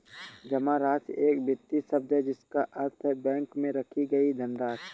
जमा राशि एक वित्तीय शब्द है जिसका अर्थ है बैंक में रखी गई धनराशि